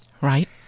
Right